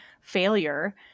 failure